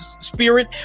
spirit